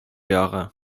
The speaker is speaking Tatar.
ягы